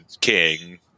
king